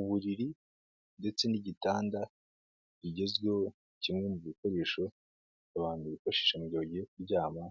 Uburiri ndetse n'igitanda kigezweho kimwe mu bikoresho abantu bifashisha mu byo bagiye kuryama,